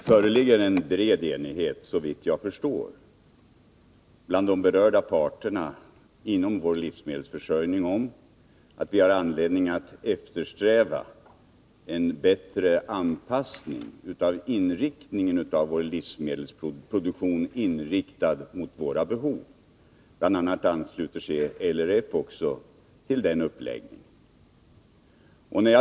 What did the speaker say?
Fru talman! Jag vill påpeka att det såvitt jag förstår föreligger en bred enighet bland berörda parter inom vår livsmedelsförsörjning om att vi har anledning att eftersträva en bättre anpassning av livsmedelsproduktionen, så att den inriktas mera mot våra behov. BI. a. ansluter sig LRF också till den uppläggningen.